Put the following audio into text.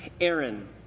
Aaron